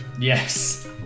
Yes